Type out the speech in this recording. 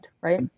right